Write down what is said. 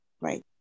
right